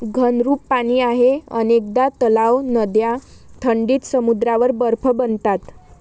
घनरूप पाणी आहे अनेकदा तलाव, नद्या थंडीत समुद्रावर बर्फ बनतात